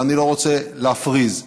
ואני לא רוצה להפריז.